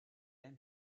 aime